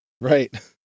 right